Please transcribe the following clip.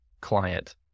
client